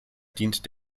dient